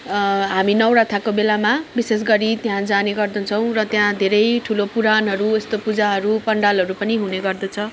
हामी नौरथाको बेलामा विशेष गरी त्यहाँ जाने गर्दछौँ र त्यहाँ धेरै ठुलो पुराणहरू यस्तो पूजाहरू पण्डालहरू पनि हुने गर्दछ